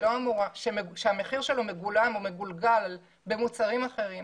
שהמחיר שלו מגולם ומגולגל במוצרים אחרים,